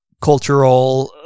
cultural